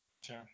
Sure